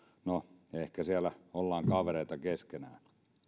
no ehkä siellä ollaan kavereita keskenään